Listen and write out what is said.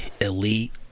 elite